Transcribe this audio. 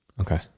Okay